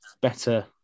better